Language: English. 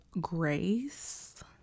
grace